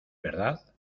verdad